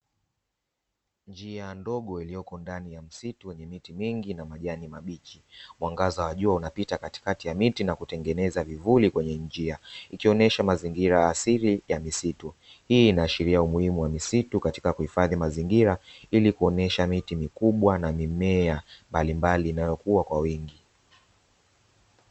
Njia ndogo iliyoko ndani ya msitu yenye miti mingi na majani mabichi. Mwangaza wa jua unapita katikati ya miti nakutengeneza vivuli kwenye njia, ikionyesha mazingira asili ya misitu. Hii inaashiria umuhimu wa misitu katika kuhifadhi mazingira ili kuonyesha miti mikubwa na mimea mbalimbali inayokuwa kwa wingi.